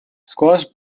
squash